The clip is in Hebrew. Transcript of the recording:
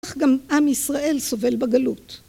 כך גם עם ישראל סובל בגלות